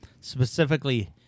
Specifically